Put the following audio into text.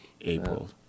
April